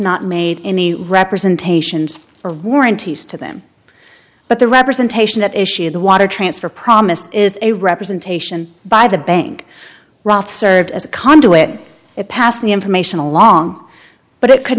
not made any representations or warranties to them but the representation that issued the water transfer promise is a representation by the bank roth's served as a conduit it passed the information along but it could